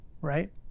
right